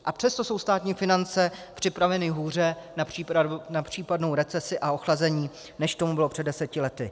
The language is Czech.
A přesto jsou státní finance připraveny hůře na případnou recesi a ochlazení, než to mu bylo před deseti lety.